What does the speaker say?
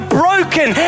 broken